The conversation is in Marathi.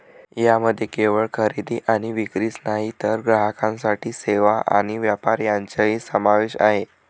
यामध्ये केवळ खरेदी आणि विक्रीच नाही तर ग्राहकांसाठी सेवा आणि व्यापार यांचाही समावेश आहे